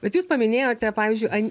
bet jūs paminėjote pavyzdžiui an